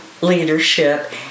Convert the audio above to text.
leadership